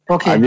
Okay